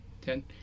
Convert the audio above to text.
Ten